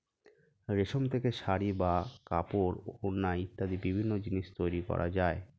রেশম থেকে শাড়ী বা কাপড়, ওড়না ইত্যাদি বিভিন্ন জিনিস তৈরি করা যায়